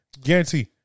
Guarantee